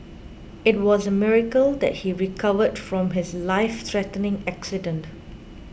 it was a miracle that he recovered from his lifethreatening accident